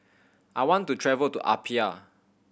I want to travel to Apia